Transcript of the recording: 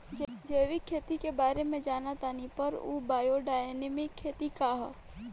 जैविक खेती के बारे जान तानी पर उ बायोडायनमिक खेती का ह?